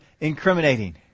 incriminating